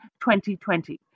2020